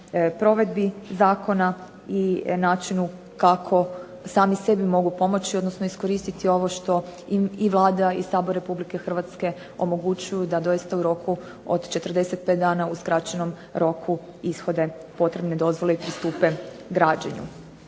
provedbi zakona i načinu kako sami sebi mogu pomoći, odnosno iskoristiti ovo što im i Vlada i Sabor RH omogućuju da doista u roku od 45 dana u skraćenom roku ishode potrebne dozvole i pristupe građenju.